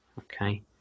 Okay